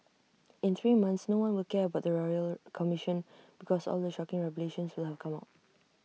in three months no one will care about the royal commission because all the shocking revelations will have come out